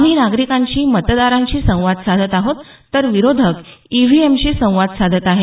आम्ही नागरिकांशी मतदारांशी संवाद साधत आहोत तर विरोधक ई व्ही एमशी संवाद साधत आहेत